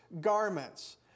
garments